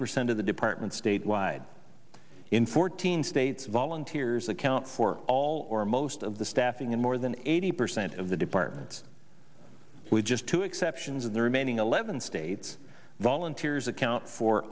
percent of the department statewide in fourteen states volunteers account for all or most of the staffing and more than eighty percent of the department with just two exceptions in the remaining eleven states volunteers account for